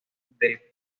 del